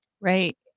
Right